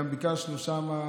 גם ביקשנו שם,